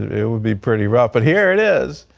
it would be pretty rough. but here it is,